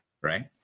right